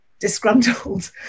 disgruntled